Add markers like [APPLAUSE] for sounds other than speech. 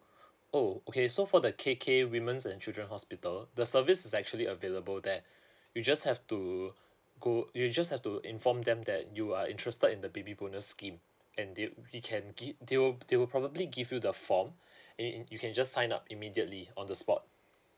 oh okay so for the K_K women's and children's hospital the service is actually available there you just have to go you just have to inform them that you are interested in the baby bonus scheme and they he can give they will they would probably give you the form [BREATH] and it you can just sign up immediately on the spot